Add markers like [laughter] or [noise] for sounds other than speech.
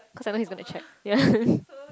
cause I know he's gonna to check [laughs]